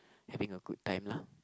having a good time lah